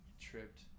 Tripped